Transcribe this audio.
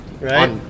right